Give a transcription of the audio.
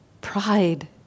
pride